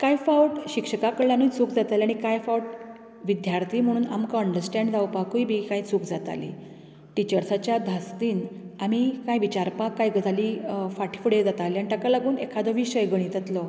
कांय फावट शिक्षका कडल्यानूच चूक जाताली आनी कांय फावट विद्यार्धी म्हण आमकां अंडरस्टेंड जावपाकूय बी तें चूक जाताली टिचर्साच्या धास्तीन आमी कांय विचारपाक कांय गजाली फाटीफुडें जाताली आनी ताका लागून एखादो विशय गणितांतलो